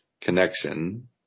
connection